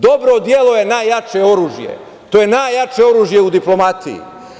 Dobro delo je najjače oružje, to je najjače oružje u diplomatiji.